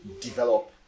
develop